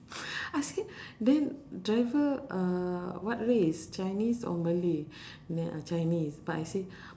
I said then driver uh what race chinese or malay then uh chinese but I say